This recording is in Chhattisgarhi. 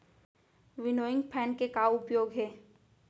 विनोइंग फैन के का उपयोग हे?